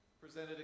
presented